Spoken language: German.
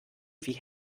wie